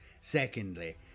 Secondly